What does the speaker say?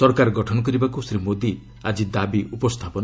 ସରକାର ଗଠନ କରିବାକୁ ଶ୍ରୀ ମୋଦି ଆଜି ଦାବି ଉପସ୍ଥାପନ